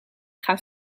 gaan